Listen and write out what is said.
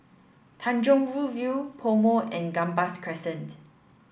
Tanjong Rhu View PoMo and Gambas Crescent